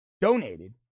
donated